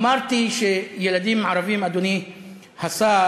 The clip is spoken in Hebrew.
אמרתי שילדים ערבים, אדוני השר,